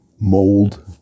Mold